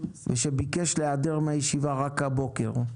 ושביקש להיעדר מהישיבה רק הבוקר.